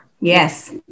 Yes